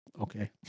Okay